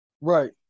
Right